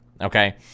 okay